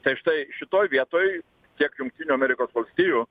tai štai šitoj vietoj tiek jungtinių amerikos valstijų